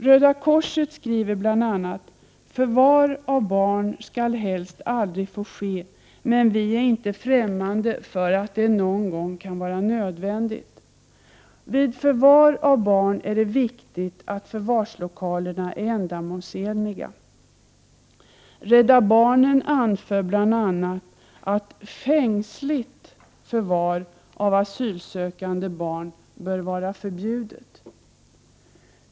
Röda korset skriver bl.a.: ”Förvar av barn skall helst aldrig få ske men vi är inte främmande för att det någon gång kan vara nödvändigt. Vid förvar av barn är det viktigt att förvarslokalerna är ändamålsenliga.” Rädda barnen anför bl.a. att fängsligt förvar av asylsökande barn bör vara 53 förbjudet.